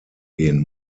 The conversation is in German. gehen